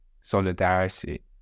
solidarity